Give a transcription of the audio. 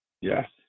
Yes